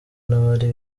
n’abari